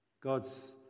God's